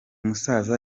musaza